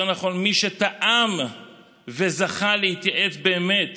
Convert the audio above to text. יותר נכון מי שטעם וזכה להתייעץ באמת